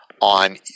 on